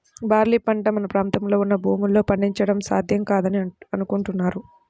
barley పంట మన ప్రాంతంలో ఉన్న భూముల్లో పండించడం సాధ్యం కాదని అనుకుంటున్నాను